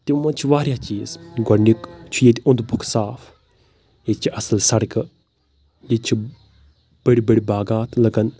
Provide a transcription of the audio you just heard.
تِم منٛز چھِ واریاہ چیٖز گۄڈنیُٚک چھُ ییٚتہِ اوٚنٛد پوٚک صاف ییٚتہِ چھِ اَصٕل سَڑکہٕ ییٚتہِ چھِ بٔڈۍ بٔڈۍ باغات لُکَن